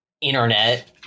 Internet